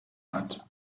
hat